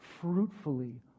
fruitfully